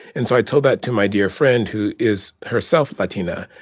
and so i told that to my dear friend, who is herself latina.